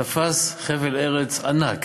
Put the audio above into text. תפסו חבל ארץ ענק